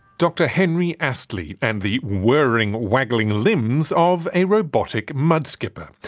dr henry astley and the whirring, waggling limbs of a robotic mudskipper.